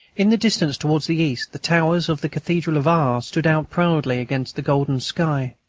in the distance, towards the east, the towers of the cathedral of r. stood out proudly against the golden sky.